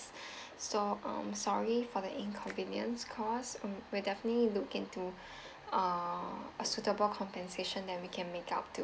so um sorry for the inconvenience caused um we'll definitely look into uh a suitable compensation that we can make up to